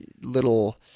little